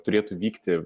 turėtų vykti